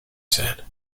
said